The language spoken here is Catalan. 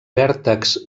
vèrtexs